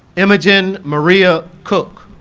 imogen maria cooke